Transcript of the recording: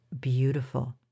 beautiful